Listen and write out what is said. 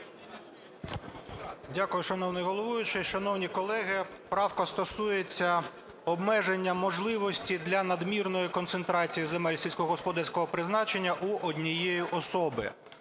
Дякую. Шановний головуючий, шановні колеги, правка стосується обмеження можливості для надмірної концентрації земель сільськогосподарського призначення у однієї особи.